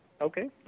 Okay